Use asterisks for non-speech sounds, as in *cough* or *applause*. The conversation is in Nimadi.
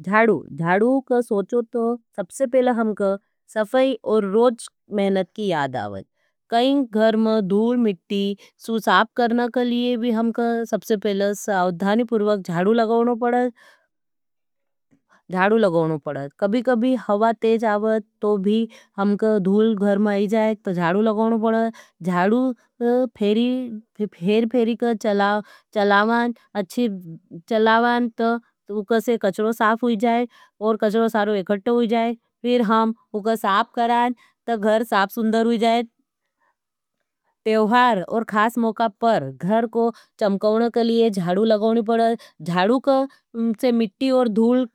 झाड़ू, झाड़ू का सोचो तो सबसे पहला हमका सफय और रोज मेहनत की याद आवज। कई घर में, धूल, मिट्टी, सू साप करना कलिये भी हमका सबसे पहला सावधानी पूर्वक झाडू लगवनो पड़ो। झाड़ू लगवनो पड़त। कभी-कभी हवा तेज आवज तो भी हमका धूल घर में आई जाए तो जाड़ू लगवनो पड़ज। झाड़ू फेर-फेरी का *hesitation* चलावान अच्छी चलावान तो उके से कच्रो साफ हुई जाए और कच्रो सारो इककट्ठा हुई जाए। फेर हुम उको साफ करें तो घर साफ होई जाए। त्योहार के खास मौका पर घर को चमकाने के लिए झाड़ू लगानी पड़े। झाड़ू से मिट्टी